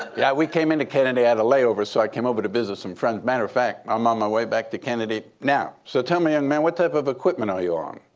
yeah, we came into kennedy at a layover. so i came over to visit some friends. matter of fact, i'm on my way back to kennedy now. so tell me, young man, what type of equipment are you on?